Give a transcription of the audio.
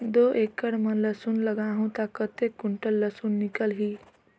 दो एकड़ मां लसुन लगाहूं ता कतेक कुंटल लसुन निकल ही?